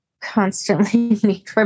constantly